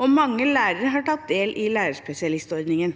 og mange lærere har tatt del i lærerspesialistordningen.